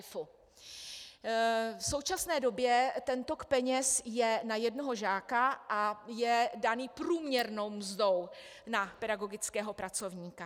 V současné době ten tok peněz je na jednoho žáka a je daný průměrnou mzdou na pedagogického pracovníka.